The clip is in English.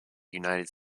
united